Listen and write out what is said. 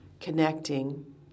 connecting